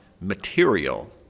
material